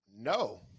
No